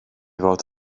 fod